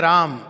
Ram